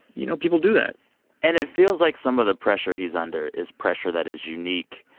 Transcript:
you know, people do that and it feels like some of the pressure he's under is pressure that is unique